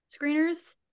screeners